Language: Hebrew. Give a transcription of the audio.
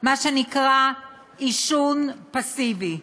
מה שנקרא עישון פסיבי.